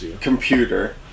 computer